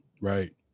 Right